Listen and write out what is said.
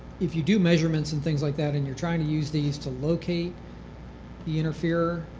if you do measurements and things like that, and you're trying to use these to locate the interferer,